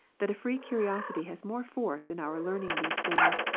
that a free curiosity has more force in our learning these things,